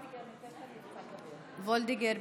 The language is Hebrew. חברת הכנסת מיכל וולדיגר.